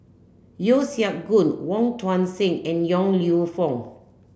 Yeo Siak Goon Wong Tuang Seng and Yong Lew Foong